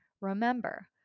Remember